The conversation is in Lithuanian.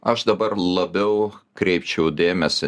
aš dabar labiau kreipčiau dėmesį